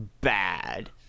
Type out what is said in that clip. bad